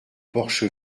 porche